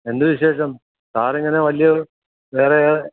എന്ത് വിശേഷം സാറിങ്ങനെ വലിയ വേറെ